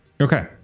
Okay